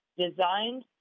designed